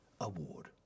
Award